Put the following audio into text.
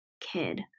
kid